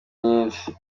nyinshi